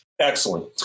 Excellent